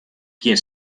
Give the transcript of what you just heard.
quien